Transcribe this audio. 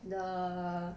the